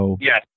Yes